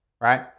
right